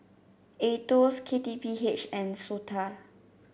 Aetos K T P H and SOTA